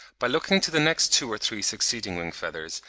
by looking to the next two or three succeeding wing-feathers,